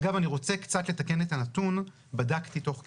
אגב, אני רוצה קצת לתקן את הנתון, בדקתי תוך כדי.